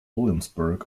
williamsburg